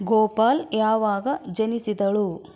ಗೋಪಾಲ್ ಯಾವಾಗ ಜನಿಸಿದಳು